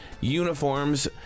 uniforms